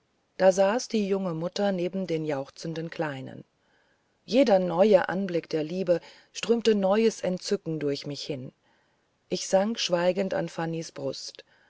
da saß die junge mutter neben den jauchzenden kleinen jeder neue anblick der lieben strömte neues entzücken durch mich hin ich sank schweigend an fanny's brust